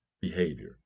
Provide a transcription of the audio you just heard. behavior